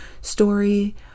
story